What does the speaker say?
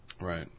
Right